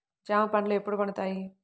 జామ పండ్లు ఎప్పుడు పండుతాయి?